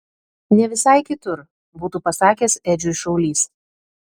ne visai kitur būtų pasakęs edžiui šaulys